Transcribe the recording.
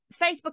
facebook